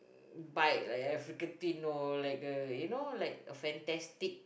bike like African-Twin no like uh you know like a fantastic